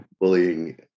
bullying